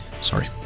Sorry